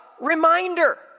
reminder